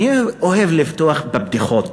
אני אוהב לפתוח בבדיחות,